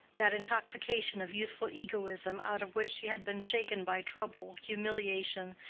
that intoxication of youthful egoism out of which she had been shaken by trouble, humiliation,